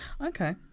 Okay